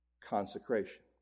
consecration